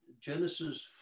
Genesis